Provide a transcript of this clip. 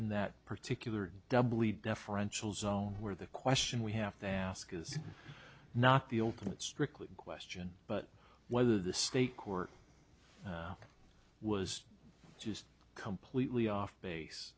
in that particular doubly deferential zone where the question we have to ask is not the ultimate strickly question but whether the state court was just completely off base